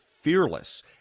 fearless